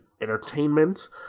Entertainment